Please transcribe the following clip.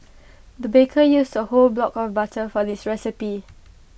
the baker used A whole block of butter for this recipe